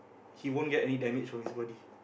he won't get any damage from his body